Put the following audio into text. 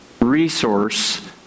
resource